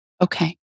Okay